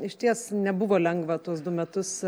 išties nebuvo lengva tuos du metus